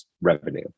revenue